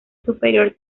superior